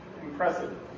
Impressive